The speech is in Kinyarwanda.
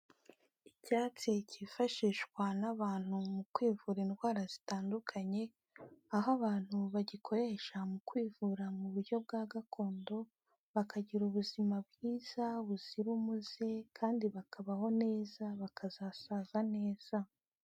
Icyatsi cyifashishwa n'abantu mu kwivura indwara zitandukanye, aho abantu bagikoresha mu kwivura mu buryo bwa gakondo, bakagira ubuzima bwiza buzira umuze, kandi bakabaho neza bakazasaza neza.